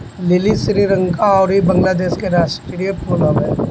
लीली श्रीलंका अउरी बंगलादेश के राष्ट्रीय फूल हवे